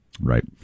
Right